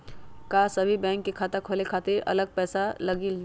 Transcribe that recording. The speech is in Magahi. का सभी बैंक में खाता खोले खातीर अलग अलग पैसा लगेलि?